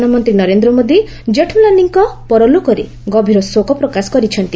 ପ୍ରଧାନମନ୍ତ୍ରୀ ନରେନ୍ଦ୍ର ମୋଦି ଜେଠ୍ମଲାନୀଙ୍କ ପରଲୋକରେ ଗଭୀର ଶୋକ ପ୍ରକାଶ କରିଛନ୍ତି